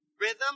rhythm